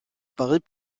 paris